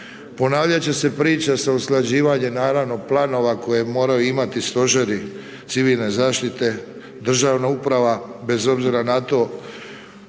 ponavljat će se priča sa usklađivanjem naravno planova kojeg moraju imati stožeri civilne zaštite, državna uprava bez obzira na to,